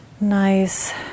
nice